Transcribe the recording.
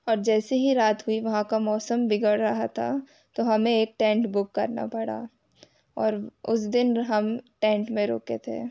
और जैसे ही रात हुई वहाँ का मौसम बिगड़ रहा था तो हमें एक टेंट बुक करना पड़ा और उस दिन हम टेंट में रुके थे